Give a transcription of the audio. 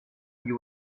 you